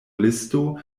listo